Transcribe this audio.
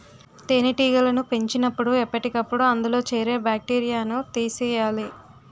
తేనెటీగలను పెంచినపుడు ఎప్పటికప్పుడు అందులో చేరే బాక్టీరియాను తీసియ్యాలి